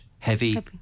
Heavy